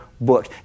book